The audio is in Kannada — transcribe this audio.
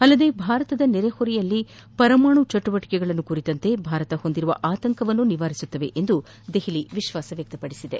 ಅಲ್ಲದೆ ಭಾರತದ ನೆರೆಹೊರೆಯಲ್ಲಿ ಪರಮಾಣು ಚಟುವಟಿಕೆಗಳನ್ನು ಕುರಿತಂತೆ ಭಾರತ ಹೊಂದಿರುವ ಆತಂಕವನ್ನು ನಿವಾರಿಸುತ್ತವೆ ಎಂದು ದೆಹಲಿ ವಿಶ್ವಾಸ ವ್ಯಕ್ತಪದಿಸಿದೆ